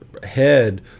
head